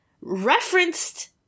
referenced